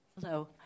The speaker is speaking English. Hello